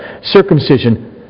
circumcision